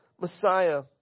Messiah